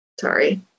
Sorry